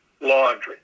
laundry